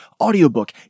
audiobook